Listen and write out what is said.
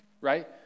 right